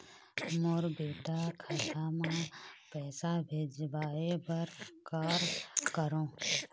मोर बेटा खाता मा पैसा भेजवाए बर कर करों?